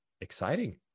exciting